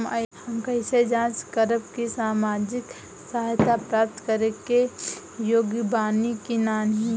हम कइसे जांच करब कि सामाजिक सहायता प्राप्त करे के योग्य बानी की नाहीं?